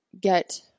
get